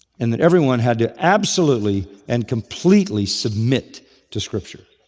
and that everyone had to absolutely and completely submit to scripture.